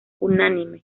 unánime